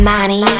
Money